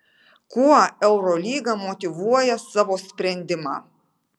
kuo eurolyga motyvuoja savo sprendimą